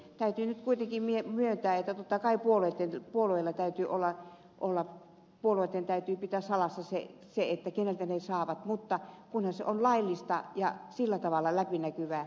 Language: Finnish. täytyy nyt kuitenkin myöntää että totta kai puolueiden täytyy pitää salassa se keneltä ne saavat tukea kunhan se on laillista ja sillä tavalla läpinäkyvää